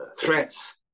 threats